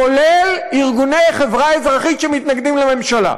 כולל ארגוני חברה אזרחית שמתנגדים לממשלה.